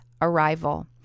arrival